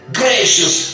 gracious